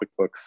QuickBooks